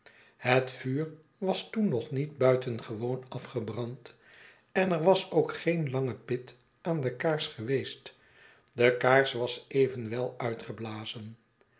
het vuur was toen nog niet buitengewoon afgebrand en er was ook geen lange pit aan de kaars geweest de kaars was evenwel